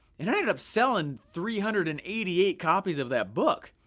and i ended up selling three hundred and eighty eight copies of that book.